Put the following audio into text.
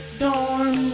dorm